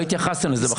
לא התייחסתם לזה בכלל.